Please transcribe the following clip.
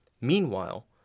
Meanwhile